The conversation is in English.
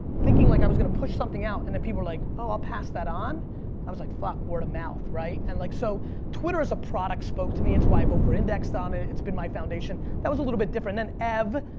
thinking like i was gonna push something out and then people were like, i'll pass that on i was like, fuck. word of mouth, right? and like so twitter as a product spoke to me, it's why i've over-indexed on it, it's been my foundation, that was a little bit different. and then ev,